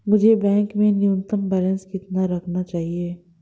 मुझे बैंक में न्यूनतम बैलेंस कितना रखना चाहिए?